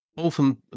often